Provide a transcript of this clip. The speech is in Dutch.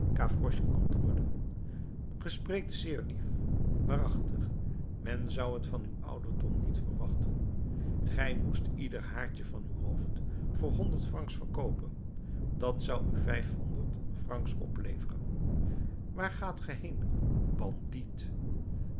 antwoordde ge spreekt zeer lief waarachtig men zou t van uw ouderdom niet verwachten gij moest ieder haartje van uw hoofd voor honderd francs verkoopen dat zou u vijfhonderd francs opbrengen waar gaat ge heen